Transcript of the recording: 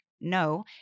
no